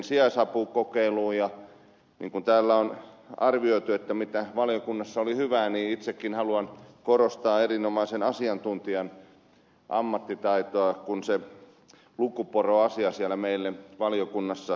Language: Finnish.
ja niin kuin täällä on arvioitu mitä valiokunnassa oli hyvää niin itsekin haluan korostaa erinomaisen asiantuntijan ammattitaitoa kun se lukuporoasia siellä meille valiokunnassa selvitettiin